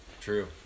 True